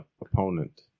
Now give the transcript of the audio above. opponent